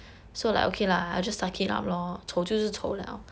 so like okay lah I just started up lor 投就是投了 honey 现在过敏的乐趣